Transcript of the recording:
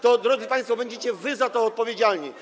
to drodzy państwo, będziecie za to odpowiedzialni.